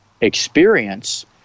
experience